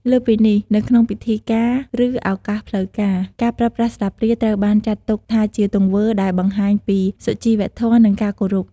លើសពីនេះ នៅក្នុងពិធីការ ឬឱកាសផ្លូវការ ការប្រើប្រាស់ស្លាបព្រាត្រូវបានចាត់ទុកថាជាទង្វើដែលបង្ហាញពីសុជីវធម៌ និងការគោរព។